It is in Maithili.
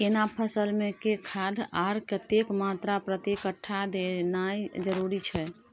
केना फसल मे के खाद आर कतेक मात्रा प्रति कट्ठा देनाय जरूरी छै?